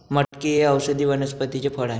मटकी हे औषधी वनस्पतीचे फळ आहे